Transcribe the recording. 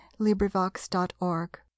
LibriVox.org